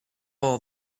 all